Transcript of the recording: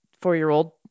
four-year-old